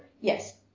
Yes